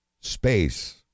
space